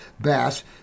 bass